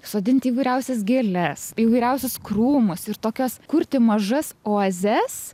sodinti įvairiausias gėles įvairiausius krūmus ir tokias kurti mažas oazes